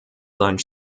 seinen